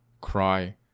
cry